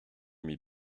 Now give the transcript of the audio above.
mit